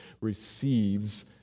receives